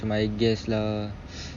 to my guest lah